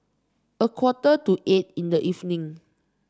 a quarter to eight in the evening